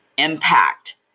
impact